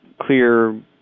clear